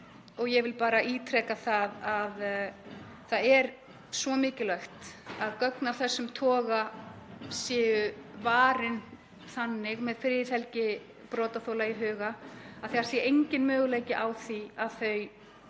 Ég vil bara ítreka það að það er svo mikilvægt að gögn af þessum toga séu varin þannig, með friðhelgi brotaþola í huga, að enginn möguleiki sé á því að þau